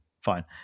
fine